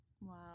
Wow